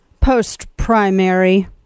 Post-primary